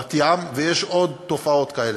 ויש עוד תופעות כאלה.